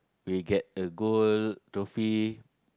we get a gold trophy